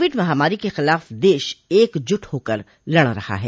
Covid महामारी के खिलाफ देश एकजुट होकर लड़ रहा है